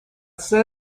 sede